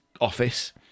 office